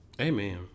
Amen